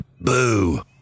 Boo